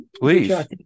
please